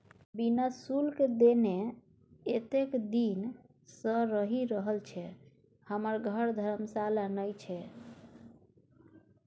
बिना शुल्क देने एतेक दिन सँ रहि रहल छी हमर घर धर्मशाला नहि छै